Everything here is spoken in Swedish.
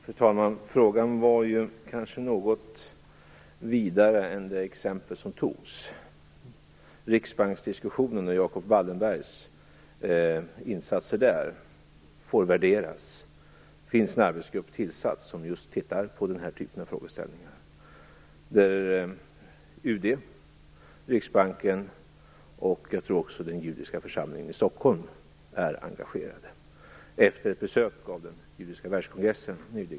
Fru talman! Frågan är kanske något vidare än det exempel som togs. Diskussionen om Riksbanken och Jacob Wallenbergs insatser i det sammanhanget får värderas. Det finns en arbetsgrupp tillsatt som tittar just på den typen av frågor. UD, Riksbanken och, tror jag, den judiska församlingen i Stockholm är engagerade i det arbetet, som kom i gång efter ett besök i Sverige nyligen av Judiska världskongressen.